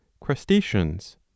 crustaceans